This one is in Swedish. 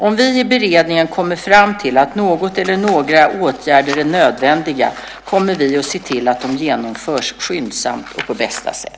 Om vi i beredningen kommer fram till att någon eller några åtgärder är nödvändiga, kommer vi att se till att de genomförs skyndsamt och på bästa sätt.